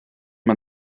man